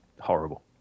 horrible